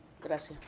Gracias